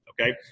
okay